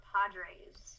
Padres